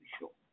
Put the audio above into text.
show